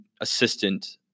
assistant